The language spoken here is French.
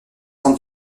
sans